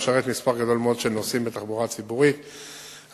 המשרת מספר גדול מאוד של נוסעים בתחבורה הציבורית הבין-עירונית.